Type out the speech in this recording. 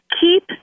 keep